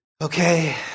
Okay